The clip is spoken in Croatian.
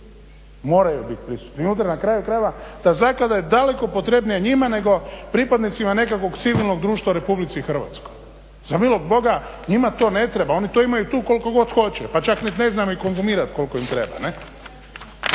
moraju bit prisutni. I onda na kraju krajeva ta zaklada je daleko potrebnija njima nego pripadnicima nekakvog civilnog društva u Republici Hrvatskoj. Za milog boga njima to ne treba, oni to imaju tu koliko god hoće, pa čak ni ne znaju konzumirat kolko im treba.